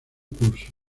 curso